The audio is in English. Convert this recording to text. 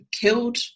killed